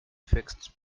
fixed